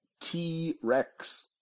T-Rex